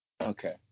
Okay